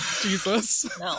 jesus